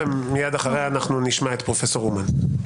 ומייד אחריה אנחנו נשמע את פרופ' אומן.